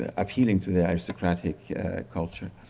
ah appealing to their socratic culture.